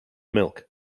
milk